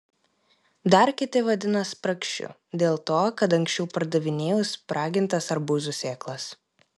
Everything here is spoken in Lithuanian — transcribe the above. dar kiti vadina spragšiu dėl to kad anksčiau pardavinėjau spragintas arbūzų sėklas